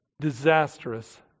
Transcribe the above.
disastrous